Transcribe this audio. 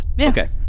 Okay